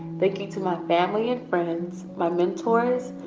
thank you to my family and friends, my mentors,